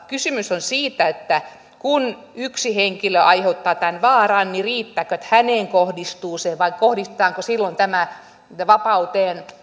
kysymys on siitä että kun yksi henkilö aiheuttaa tämän vaaran riittääkö että häneen kohdistuu se vai kohdistetaanko silloin vapauteen